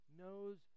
knows